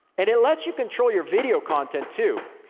and it lets you control your video content, too.